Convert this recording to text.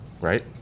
right